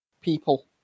people